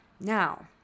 Now